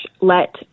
let